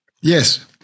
Yes